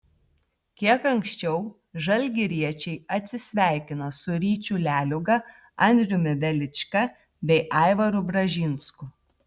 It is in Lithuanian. kiek anksčiau žalgiriečiai atsisveikino su ryčiu leliūga andriumi velička bei aivaru bražinsku